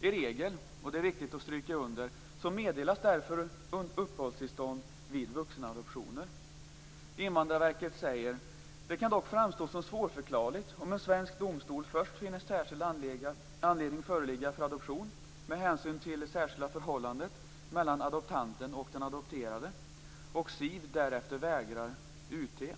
I regel - det är viktigt att stryka under - meddelas därför uppehållstillstånd vid vuxenadoptioner. Invandrarverket skriver: "Det kan dock framstå som svårförklarligt om en svensk domstol först finner särskild anledning föreligga för adoption med hänsyn till det särskilda förhållandet mellan adoptanten och den adopterade och SIV därefter vägrar UT.